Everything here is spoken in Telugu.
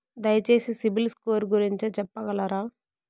దయచేసి సిబిల్ స్కోర్ గురించి చెప్పగలరా?